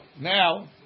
now